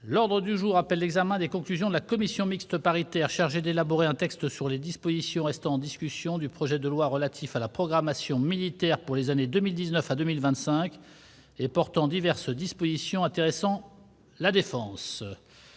L'ordre du jour appelle l'examen des conclusions de la commission mixte paritaire chargée d'élaborer un texte sur les dispositions restant en discussion du projet de loi relatif à la programmation militaire pour les années 2019 à 2025 et portant diverses dispositions intéressant la défense